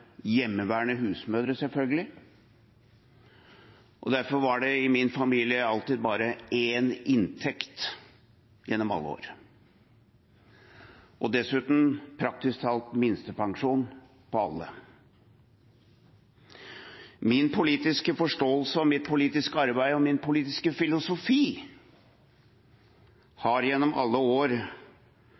hjemmeværende husmødre, selvfølgelig, og derfor var det i min familie alltid bare én inntekt gjennom alle år – og dessuten praktisk talt minstepensjon på alle. Min politiske forståelse, mitt politiske arbeid og min politiske filosofi har gjennom alle år